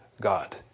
God